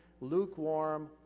lukewarm